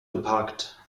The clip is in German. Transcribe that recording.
geparkt